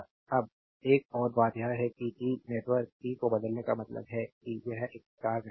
अब एक और बात यह है कि टी नेटवर्क टी को बदलने का मतलब है कि यह एक स्टार नेटवर्क है